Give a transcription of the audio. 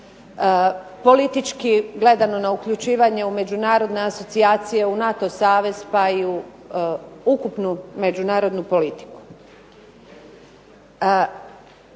politički gledano na uključivanje u međunarodne asocijacije, u NATO savez pa i u ukupnu međunarodnu politiku.